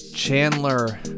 Chandler